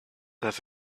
have